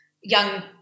young